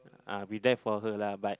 uh be there for her lah but